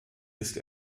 ist